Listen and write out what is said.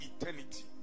eternity